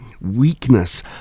weakness